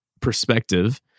perspective